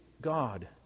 God